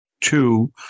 Two